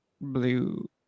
blue